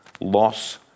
loss